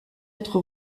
être